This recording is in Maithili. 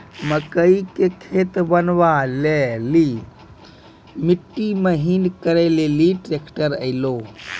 मकई के खेत बनवा ले ली मिट्टी महीन करे ले ली ट्रैक्टर ऐलो?